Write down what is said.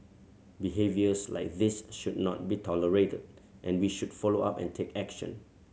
behaviours like this should not be tolerated and we should follow up and take action